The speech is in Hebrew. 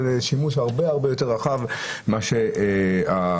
זה שימוש הרבה-הרבה יותר רחב ממה שהחוק